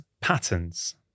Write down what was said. patterns